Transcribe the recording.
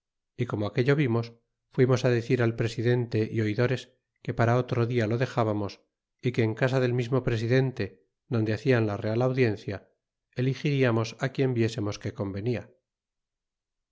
y como aquello vimos fuimos á decir al presidente é oidores que para otro dia lo dexábamos y que en casa del mismo presidente donde hacian la real audiencia eligiriamos á quien viesemos que convenia